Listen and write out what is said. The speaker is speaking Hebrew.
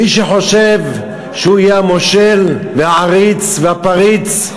מי שחושב שהוא יהיה המושל והעריץ והפריץ,